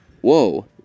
Whoa